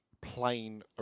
plain